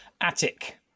attic